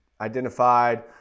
identified